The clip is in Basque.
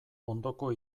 ondoko